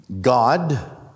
God